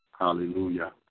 Hallelujah